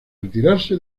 retirarse